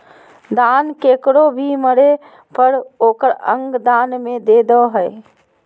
दान केकरो भी मरे पर ओकर अंग दान में दे दो हइ